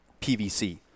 pvc